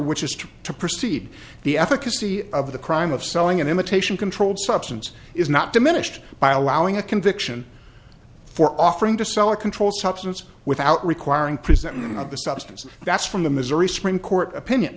trying to proceed the efficacy of the crime of selling an imitation controlled substance is not diminished by allowing a conviction for offering to sell a controlled substance without requiring presenting of the substance that's from the missouri supreme court opinion